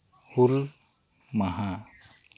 ᱦᱩᱞ ᱢᱟᱦᱟ